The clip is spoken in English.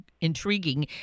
intriguing